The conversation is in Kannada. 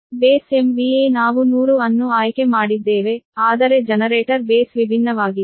ಆದ್ದರಿಂದ ಬೇಸ್ MVA ನಾವು 100 ಅನ್ನು ಆಯ್ಕೆ ಮಾಡಿದ್ದೇವೆ ಆದರೆ ಜನರೇಟರ್ ಬೇಸ್ ವಿಭಿನ್ನವಾಗಿದೆ